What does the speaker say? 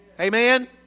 Amen